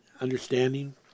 understanding